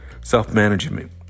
self-management